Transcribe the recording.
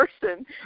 person